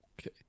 okay